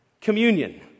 communion